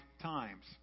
times